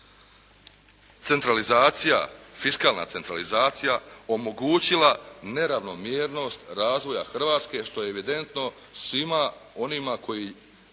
centralizacija, fiskalna centralizacija omogućila neravnomjernost razvoja Hrvatske što je evidentno svima onima koji